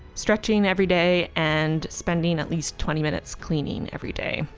stretching every day, and spending at least twenty minutes cleaning everyday.